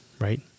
right